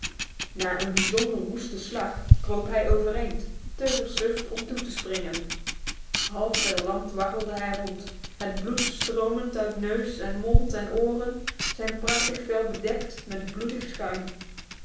na een bijzonder woeste slag kroop hij overeind te versuft om toe te springen halfverlamd waggelde hij rond het bloed stromend uit neus en mond en oren zijn prachtig vel bedekt met bloedig schuim